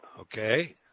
Okay